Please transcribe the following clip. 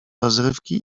rozrywki